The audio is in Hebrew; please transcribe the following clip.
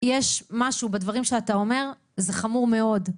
יש משהו בדברים שאתה אומר, זה חמור מאוד,